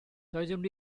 doeddwn